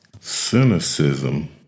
cynicism